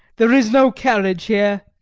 there is no carriage here.